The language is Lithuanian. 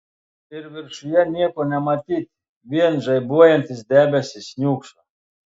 ir viršuje nieko nematyti vien žaibuojantis debesys niūkso